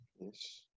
Yes